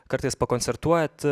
kartais pakoncertuojat